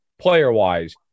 player-wise